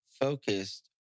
focused